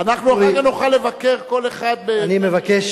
אנחנו אחרי כן נוכל לבקר, כל אחד, אני מבקש,